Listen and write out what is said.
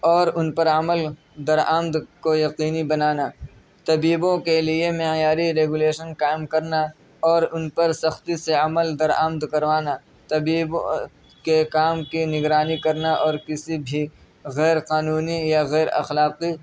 اور ان پر عمل درامد کو یقینی بنانا طبیبوں کے لیے معیاری ریگولیشن قائم کرنا اور ان پر سختی سے عمل درامد کروانا طبیب کے کام کی نگرانی کرنا اور کسی بھی غیرقانونی یا غیراخلاقی